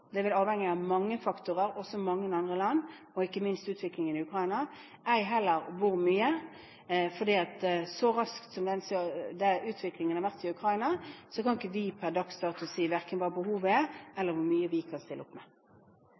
det vil være avhengig av mange faktorer, også mange andre land, og ikke minst utviklingen i Ukraina – ei heller hvor mye, for så raskt som utviklingen har skjedd i Ukraina, kan vi per dags dato verken si hva behovet er eller hvor mye vi kan stille opp med.